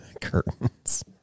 Curtains